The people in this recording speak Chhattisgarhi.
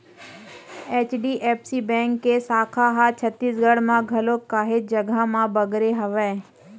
एच.डी.एफ.सी बेंक के साखा ह छत्तीसगढ़ म घलोक काहेच जघा म बगरे हवय